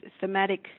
thematic